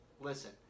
Listen